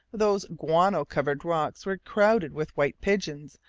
those guano-covered rocks were crowded with white pigeons,